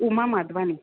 Uma Madhvani